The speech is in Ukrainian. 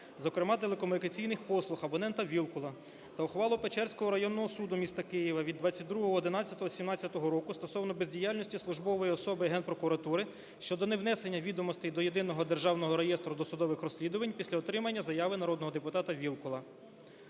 зокрема телекомунікаційних послуг абонента Вілкула, та ухвалу Печерського районного суду міста Києва від 22.11.17 року стосовно бездіяльності службової особи Генпрокуратури щодо невнесення відомостей до Єдиного державного реєстру досудових розслідувань після отримання заяви народного депутата Вілкула.